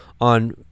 on